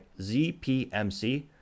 ZPMC